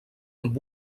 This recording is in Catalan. amb